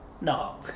No